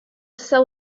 soul